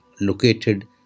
located